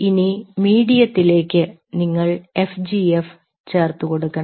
ഇനി മീഡിയത്തിലേക്ക് നിങ്ങൾ എഫ് ജി എഫ് ചേർത്തുകൊടുക്കണം